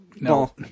no